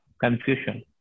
confusion